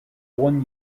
one